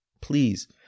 please